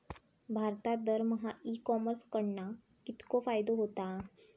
भारतात दरमहा e commerce कडणा कितको फायदो होता?